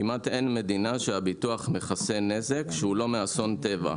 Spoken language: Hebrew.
כמעט אין מדינה שהביטוח מכסה נזק שהוא לא מאסון טבע.